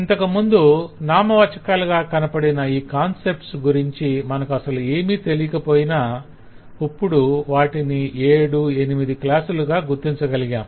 ఇంతకుముందు నామవాచకాలుగా కనపడిన ఈ కాన్సెప్ట్స్ గురించి మనకు అసలు ఏమీ తెలియకపోయినా ఇప్పుడు వాటిని ఏడు ఎనిమిది క్లాసులుగా గుర్తించగలిగాం